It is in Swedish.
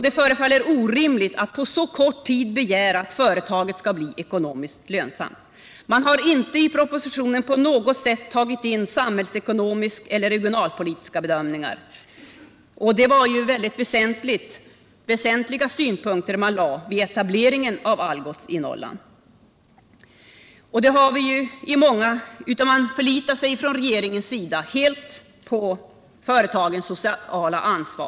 Det förefaller orimligt att begära att företaget på så kort tid skall bli ekonomiskt lönsamt. Man har i propositionen inte på något sätt tagit in samhällsekonomiska eller regionalpolitiska bedömningar — något som var mycket väsentligt vid etableringen av Algots i Norrland — utan regeringen förlitar sig helt på företagens sociala ansvar.